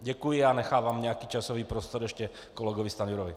Děkuji a nechávám nějaký časový prostor ještě kolegovi Stanjurovi.